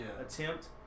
attempt